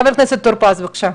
חה"כ טור פז, בבקשה.